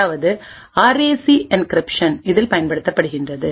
அதாவதுஆர்ஏசிஎன்கிரிப்ஷன் இதில் பயன்படுத்தப்படுகின்றது